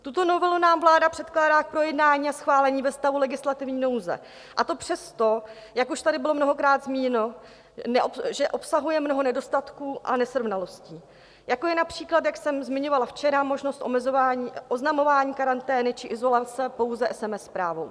Tuto novelu nám vláda předkládá k projednání a schválení ve stavu legislativní nouze, a to přesto, jak už tady bylo mnohokrát zmíněno, že obsahuje mnoho nedostatků a nesrovnalostí, jako je například, jak jsem zmiňovala včera, možnost oznamování karantény či izolace pouze SMS zprávou.